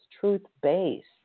truth-based